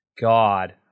God